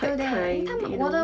quite kind and